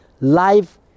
life